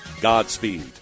Godspeed